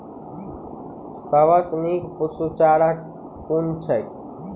सबसँ नीक पशुचारा कुन छैक?